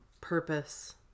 Purpose